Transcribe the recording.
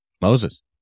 Moses